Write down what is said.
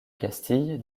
castille